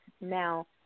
now